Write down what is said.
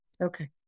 Okay